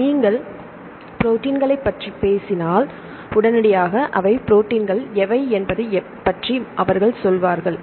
நீங்கள் ப்ரோடீன்களைப் பற்றிப் பேசினால் உடனடியாக அவை ப்ரோடீன்கள் எவை என்பது பற்றி அவர்கள் சொல்வார்கள்